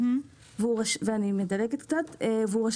ואני מדלגת קצת וההמשך